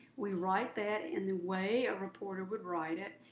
we write that in the way a reporter would write it.